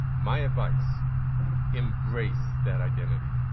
my advice embrace that identity.